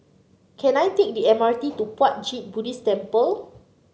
can I take the MRT to Puat Jit Buddhist Temple